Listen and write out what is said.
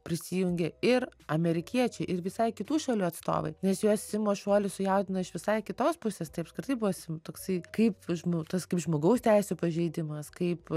prisijungė ir amerikiečiai ir visai kitų šalių atstovai nes juos simos šuolis sujaudino iš visai kitos pusės tai apskritai buvo sim toksai kaip tas kaip žmogaus teisių pažeidimas kaip